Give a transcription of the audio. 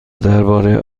درباره